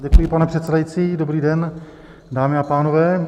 Děkuji, pane předsedající, dobrý den, dámy a pánové.